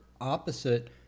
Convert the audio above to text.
opposite